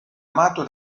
amato